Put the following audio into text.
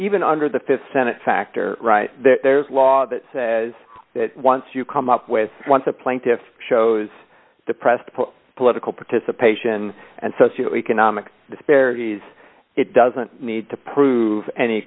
even under the th senate factor right there's a law that says that once you come up with once a plaintiff's shows depressed political participation and socio economic disparities it doesn't need to prove any